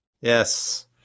yes